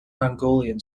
mongolian